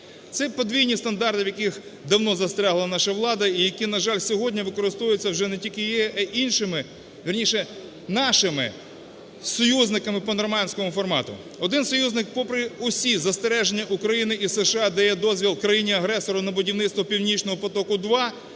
Це подвійні стандарти, в яких давно застрягла наша влада і які, на жаль, сьогодні використовуються вже не тільки нею, а й іншими, вірніше, нашими союзниками по Нормандському формату. Один союзник, попри усі застереження України і США, дає дозвіл країні-агресору на будівництво "Північного потоку-2",